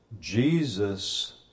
Jesus